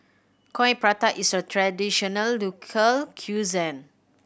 Coin Prata is a traditional local cuisine